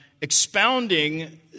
expounding